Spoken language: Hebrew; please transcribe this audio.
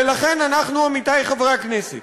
ולכן אנחנו, עמיתי חברי הכנסת,